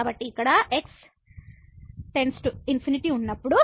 కాబట్టి x→∞ ఉన్నప్పుడు